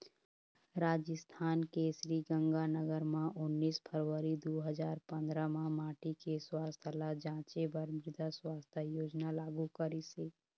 राजिस्थान के श्रीगंगानगर म उन्नीस फरवरी दू हजार पंदरा म माटी के सुवास्थ ल जांचे बर मृदा सुवास्थ योजना लागू करिस हे